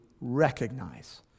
recognize